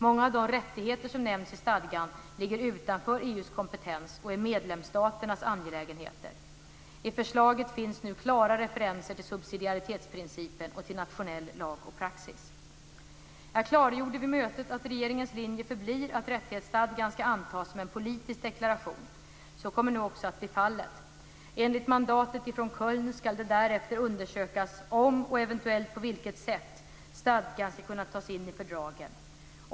Många av de rättigheter som nämns i stadgan ligger utanför EU:s kompetens och är medlemsstaternas angelägenheter. I förslaget finns nu klara referenser till subsidiaritetsprincipen och till nationell lag och praxis. Jag klargjorde vid mötet att regeringens linje förblir att rättighetsstadgan ska antas som en politisk deklaration. Så kommer nu också att bli fallet. Enligt mandatet från Köln ska det därefter undersökas "om och eventuellt på vilket sätt" stadgan ska kunna tas in i fördragen.